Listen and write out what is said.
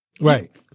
Right